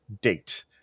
date